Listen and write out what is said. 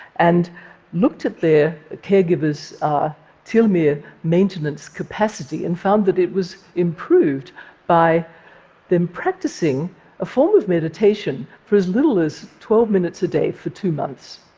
and looked at their caregiver's telomere maintenance capacity and found that it was improved by them practicing a form of meditation for as little as twelve minutes a day for two months.